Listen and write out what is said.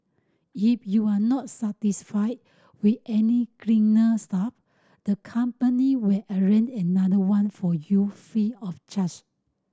if you are not satisfied with any cleaner staff the company will arrange another one for you free of charge